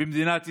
במדינת ישראל.